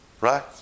right